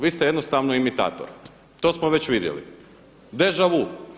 Vi ste jednostavno imitator, to smo već vidjeli, deja vu.